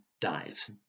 dies